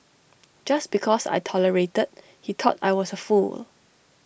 just because I tolerated he thought I was A fool